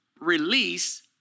release